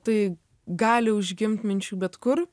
tai gali užgimt minčių bet kur